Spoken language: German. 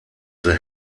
the